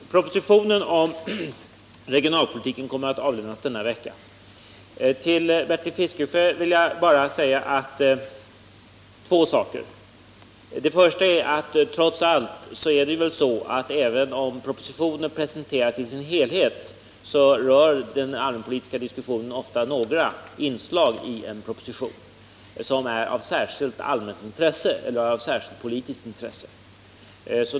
Herr talman! Propositionen om regionalpolitiken kommer att avlämnas denna vecka. Till Bertil Fiskesjö vill jag bara säga två saker. För det första: Även om propositionen presenteras i sin helhet, så rör den allmänpolitiska diskussionen trots allt ofta några inslag i propositionen som är av särskilt allmänt intresse eller av särskilt politiskt intresse.